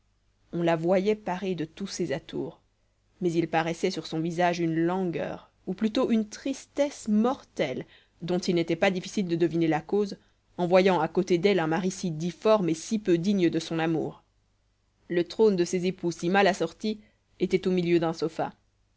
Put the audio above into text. on la voyait parée de tous ses atours mais il paraissait sur son visage une langueur ou plutôt une tristesse mortelle dont il n'était pas difficile de deviner la cause en voyant à côté d'elle un mari si difforme et si peu digne de son amour le trône de ces époux si mal assortis était au milieu d'un sofa